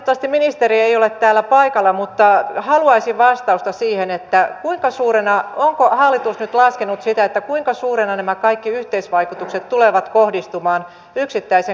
valitettavasti ministeri ei ole täällä paikalla mutta haluaisin vastausta siihen että onko hallitus nyt laskenut sitä kuinka suurina nämä kaikki yhteisvaikutukset tulevat kohdistumaan yksittäisen kansalaisen taholla